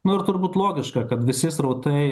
na ir turbūt logiška kad visi srautai